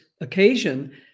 occasion